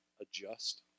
adjust